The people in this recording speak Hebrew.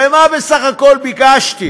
הרי מה בסך הכול ביקשתי?